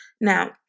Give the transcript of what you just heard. Now